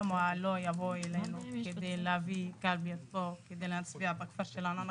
למה לא יבואו אלינו כדי להביא קלפי כדי שנצביע בכפר שלנו?